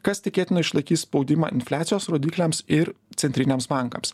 kas tikėtina išlaikys spaudimą infliacijos rodikliams ir centriniams bankams